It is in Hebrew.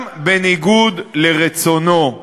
גם בניגוד לרצונו.